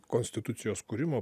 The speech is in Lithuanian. konstitucijos kūrimo